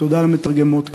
ותודה למתרגמות כאן.